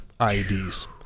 IEDs